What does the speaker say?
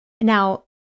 Now